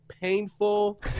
Painful